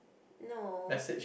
no